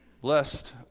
Blessed